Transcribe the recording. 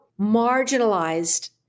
marginalized